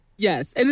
Yes